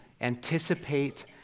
anticipate